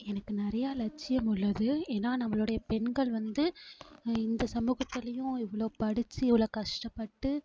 எனக்கு நிறையா லட்சியம் உள்ளது ஏன்னால் நம்மளுடைய பெண்கள் வந்து இந்த சமூகத்திலேயும் இவ்வளோ படிச்சு இவ்வளோ கஷ்டப்பட்டு